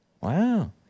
Wow